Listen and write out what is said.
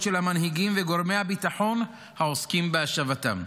של המנהיגים ושל גורמי הביטחון העוסקים בהשבתם.